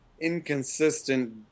inconsistent